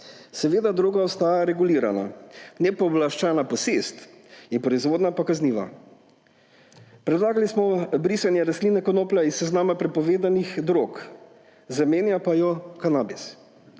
Seveda droga ostaja regulirana, nepooblaščena posest in proizvodnja pa kaznivi. Predlagali smo brisanje rastline konoplja s seznama prepovedanih drog, zamenja pa jo kanabis.